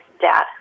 dad